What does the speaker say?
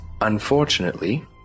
unfortunately